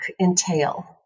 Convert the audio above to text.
entail